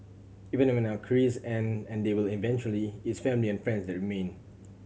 even when our careers end and they will eventually it's family and friends that remain